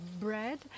bread